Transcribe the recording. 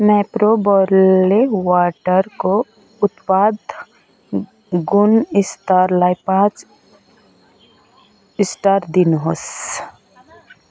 Mapro barley वाटरको उत्पाद गुणस्तरलाई पाँच स्टार दिनुहोस्